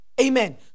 Amen